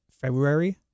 February